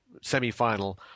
semifinal